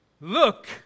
look